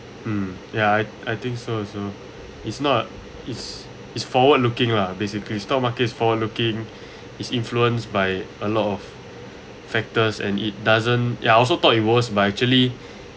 hmm ya I I think so also it's not it's it's forward looking lah basically stock market is forward looking is influenced by a lot of factors and it doesn't ya I also thought it was but actually